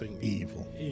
evil